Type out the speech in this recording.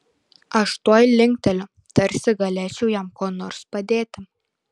aš tuoj linkteliu tarsi galėčiau jam kuo nors padėti